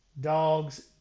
Dogs